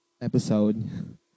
episode